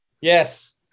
Yes